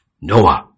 Noah